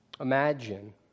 imagine